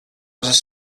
was